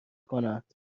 کنند